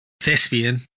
thespian